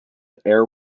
air